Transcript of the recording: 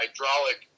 hydraulic